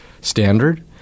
standard